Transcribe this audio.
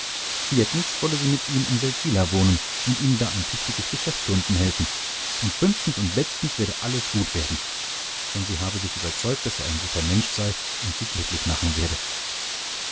viertens wolle sie mit ihm in seldwyla wohnen und ihm da ein tüchtiges geschäft gründen helfen und fünftens und letztens werde alles gut werden denn sie habe sich überzeugt daß er ein guter mensch sei und sie glücklich machen werde